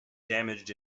damaged